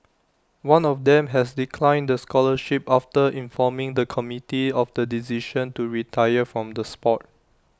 one of them has declined the scholarship after informing the committee of the decision to retire from the Sport